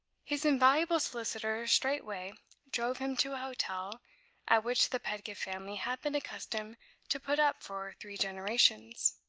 his invaluable solicitor straight-way drove him to a hotel at which the pedgift family had been accustomed to put up for three generations.